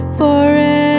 forever